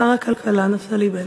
שר הכלכלה נפתלי בנט.